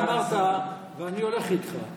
אתה אמרת, ואני הולך איתך,